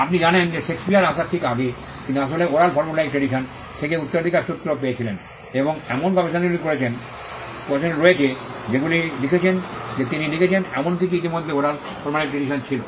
আপনি জানেন শেক্সপিয়ার আসার ঠিক আগে তিনি আসলে ওরাল ফর্মুলাইক ট্রেডিশন থেকে উত্তরাধিকার সূত্রে পেয়েছিলেন এবং এমন গবেষণাগুলি রয়েছে যেগুলি লিখেছেন যে তিনি লিখেছেন এমন কিছু কিছু ইতিমধ্যে ওরাল ফর্মুলাইক ট্রেডিশন ছিল